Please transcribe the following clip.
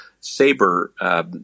Sabre